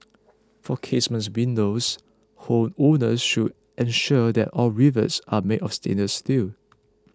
for casement windows homeowners should ensure that all rivets are made of stainless steel